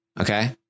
okay